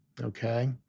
Okay